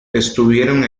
estuvieron